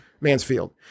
Mansfield